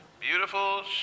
beautiful